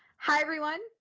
hi, everyone.